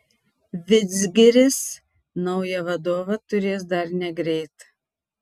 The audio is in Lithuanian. vidzgiris naują vadovą turės dar negreit